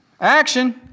Action